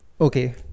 Okay